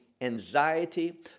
anxiety